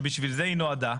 שבשביל זה היא נועדה,